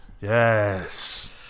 Yes